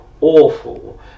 awful